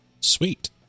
Sweet